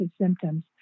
symptoms